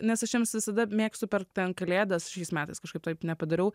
nes aš jiems visada mėgstu per kalėdas šiais metais kažkaip taip nepadariau